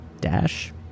dash